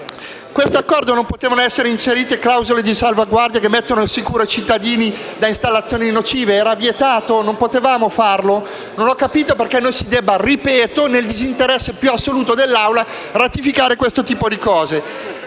in questo accordo non potevano essere inserite clausole di salvaguardia che mettessero al sicuro i cittadini da installazioni nocive? Era vietato? Non potevamo farlo? Non ho capito perché - ripeto: nel disinteresse più assoluto dell'Assemblea - dobbiamo ratificare questo tipo di